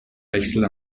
wechsel